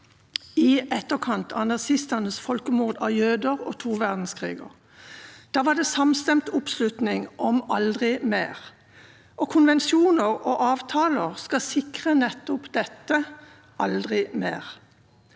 i etterkant av nazistenes folkemord på jøder og to verdenskriger. Da var det samstemt oppslutning om aldri mer. Konvensjoner og avtaler skal sikre nettopp dette: aldri mer.